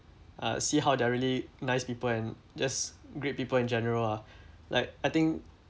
uh see how they're really nice people and just great people in general lah like I think